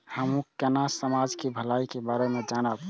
हमू केना समाज के भलाई के बारे में जानब?